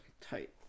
Tight